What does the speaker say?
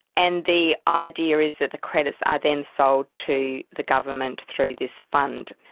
and the idea is that the credits are then sold to the government through this fund.